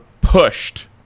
pushed